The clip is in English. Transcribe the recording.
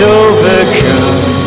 overcome